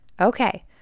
Okay